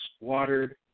watered